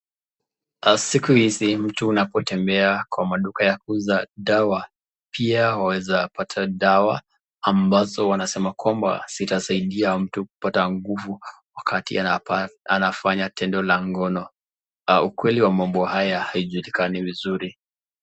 Siku hizi mtu unapotembea kwa maduka ya kuuza dawa, pia waweza pata dawa ambazo wanasema kwamba zitasaidia mtu kupa nguvu wakati anafanya tendo la ngono, ukweli wa mambo haya ijulikani vizuri .